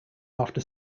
after